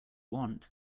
want